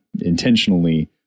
intentionally